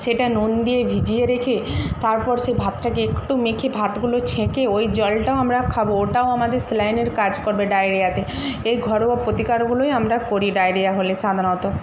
সেটা নুন দিয়ে ভিজিয়ে রেখে তারপর সে ভাতটাকে একটু মেখে ভাতগুলো ছেঁকে ওই জলটাও আমরা খাবো ওটাও আমাদের স্যালাইনের কাজ করবে ডায়রিয়াতে এই ঘরোয়া প্রতিকারগুলোই আমরা করি ডায়রিয়া হলে সাধারণত